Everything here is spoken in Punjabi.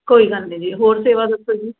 ਕੋਈ ਗੱਲ ਨਹੀਂ ਜੀ ਹੋਰ ਸੇਵਾ ਦੱਸੋ ਜੀ